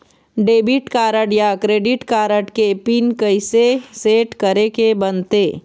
Debit card या credit card के PIN कइसे सेट करे के बनते?